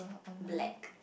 black